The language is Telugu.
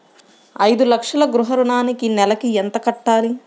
ఐదు లక్షల గృహ ఋణానికి నెలకి ఎంత కట్టాలి?